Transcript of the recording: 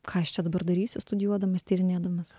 ką aš čia dabar darysiu studijuodamas tyrinėdamas